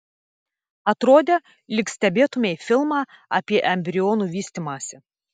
atrodė lyg stebėtumei filmą apie embrionų vystymąsi